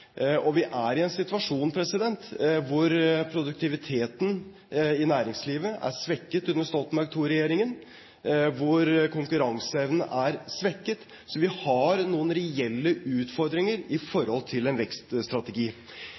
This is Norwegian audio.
Vi er i en situasjon hvor produktiviteten i næringslivet er svekket under Stoltenberg II-regjeringen, hvor konkurranseevnen er svekket. Så vi har noen reelle utfordringer i forhold til en vekststrategi.